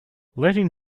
letting